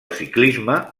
ciclisme